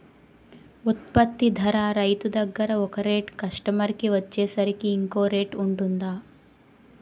ఉత్పత్తి ధర రైతు దగ్గర ఒక రేట్ కస్టమర్ కి వచ్చేసరికి ఇంకో రేట్ వుంటుందా?